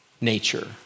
nature